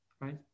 right